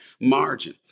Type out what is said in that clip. margin